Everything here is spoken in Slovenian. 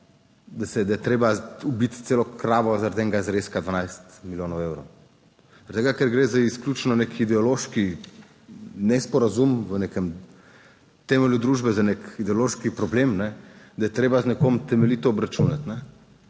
Da je treba ubiti celo kravo zaradi enega zrezka 12 milijonov evrov. Zaradi tega, ker gre za izključno nek ideološki nesporazum v nekem temelju družbe za nek ideološki problem, da je treba z nekom temeljito obračunati,